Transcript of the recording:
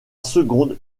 seconde